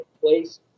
place